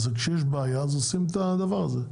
זה כשיש בעיה עושים את הדבר הזה.